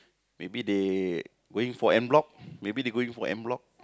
maybe they going for end block maybe they going for end block